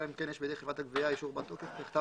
אלא אם כן יש בידי חברת הגבייה אישור בר-תוקף בכתב